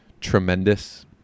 tremendous